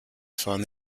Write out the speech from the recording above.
fans